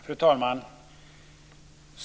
Fru talman!